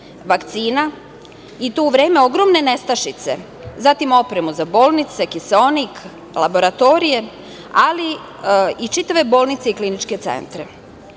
vakcina i to u vreme ogromne nestašice, zatim opremu za bolnice, kiseonik, laboratorije, ali i čitave bolnice i kliničke centre.